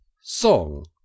Song